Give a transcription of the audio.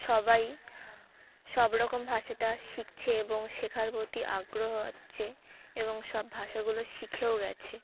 সবাই সব রকম ভাষাটা শিখছে এবং শেখার প্রতি আগ্রহ হচ্চে এবং সব ভাষাগুলো শিখেও গেছে